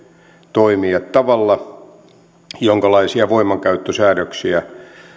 toimia tavalla jonkalaisia voimankäyttösäädöksiä